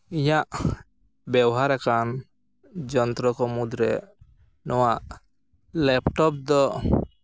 ᱤᱧᱟᱹᱜ ᱵᱮᱣᱦᱟᱨ ᱟᱠᱟᱱ ᱡᱚᱱᱛᱨᱚ ᱠᱚ ᱢᱩᱫᱽᱨᱮ ᱱᱚᱣᱟ ᱞᱮᱯᱴᱚᱯ ᱫᱚ